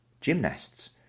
gymnasts